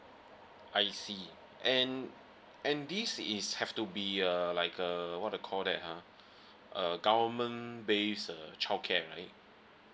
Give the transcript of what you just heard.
I see and and this is have to be a like a what to call that ah a government base uh childcare right